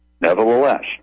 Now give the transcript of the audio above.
Nevertheless